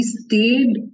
stayed